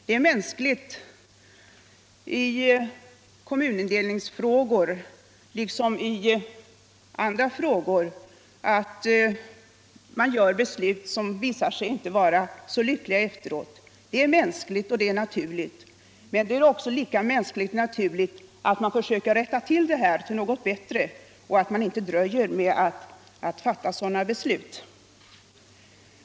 Det är mänskligt i kommunindelningsfrågor liksom i andra frågor att man fattar beslut som efteråt inte visar sig vara så lyckliga. Det är mänskligt och naturligt. Men det är lika mänskligt och naturligt att man då försöker rätta till det hela för att få någonting bättre och att man inte dröjer med att fatta 189 sådana beslut.